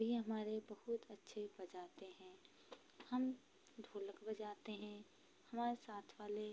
भी हमारे बहुत अच्छे बजाते हैं हम ढोलक बजाते हैं हमारे साथ वाले